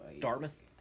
Dartmouth